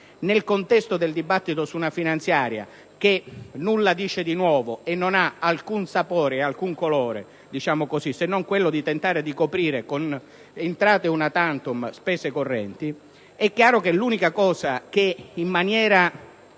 nel contesto del dibattito su una finanziaria che nulla dice di nuovo, non ha alcun sapore e alcun colore, se non quello di tentare di coprire con entrate *una tantum* spese correnti, l'unica cosa che appare in maniera